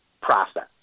process